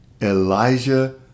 Elijah